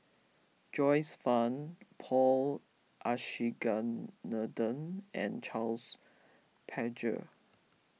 Joyce Fan Paul Abisheganaden and Charles Paglar